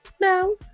No